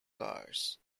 cars